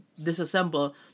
disassemble